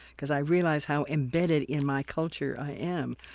because i realize how embedded in my culture i am.